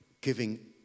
giving